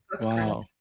Wow